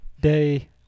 day